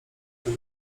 tego